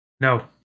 No